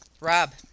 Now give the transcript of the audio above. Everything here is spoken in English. Rob